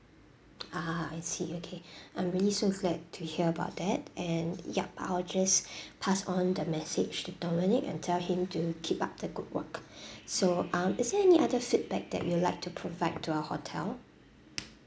ah I see okay I'm really so glad to hear about that and yup I will just pass on the message to dominic and tell him to keep up the good work so um is there any other feedback that you like to provide to our hotel